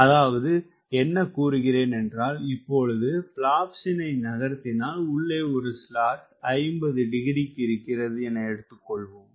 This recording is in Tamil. அதாவது என்ன கூறுகிறேன் என்றால் இப்பொழுது பிளாப்ஸினை நகர்த்தினால் உள்ளே ஒரு ஸ்லாட் 50 டிகிரிக்கு இருக்கிறது என எடுத்துக்கொள்வோம்